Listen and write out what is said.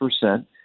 percent